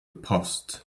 post